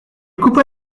coupa